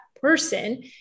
person